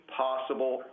possible